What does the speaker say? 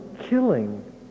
killing